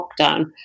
lockdown